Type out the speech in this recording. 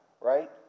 right